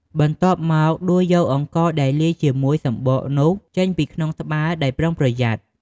បន្ទាប់មក ដួសយកអង្ករដែលលាយជាមួយសម្បកនោះចេញពីក្នុងត្បាល់ដោយប្រុងប្រយ័ត្ន។